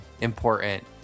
important